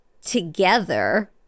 together